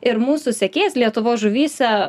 ir mūsų sekėjas lietuvos žuvyse